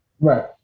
Right